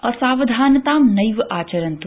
असावधानतां नैव आचरन्तु